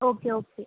okay okay